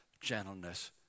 gentleness